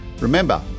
remember